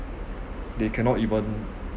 they cannot even